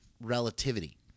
relativity